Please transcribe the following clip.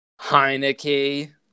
Heineke